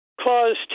Clause